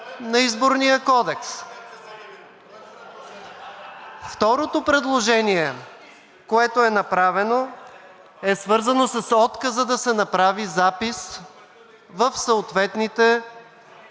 НИКОЛАЙ ДЕНКОВ: Второто предложение, което е направено, е свързано с отказа да се направи запис в съответните